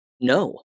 No